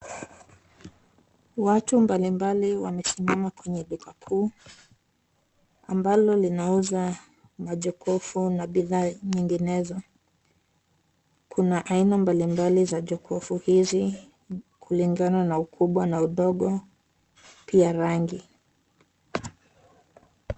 Watu mbalimbali wamesimama kwenye duka kuu ambalo linauza majokofu na bidhaa nyinginezo. Kuna aina mbalimbali za jokofu hizi kulingana na ukubwa na udogo pia rangi.